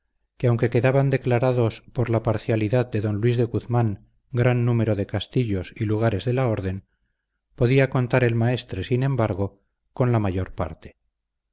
que aunque quedaban declarados por la parcialidad de don luis de guzmán gran número de castillos y lugares de la orden podía contar el maestre sin embargo con la mayor parte